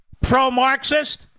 pro-Marxist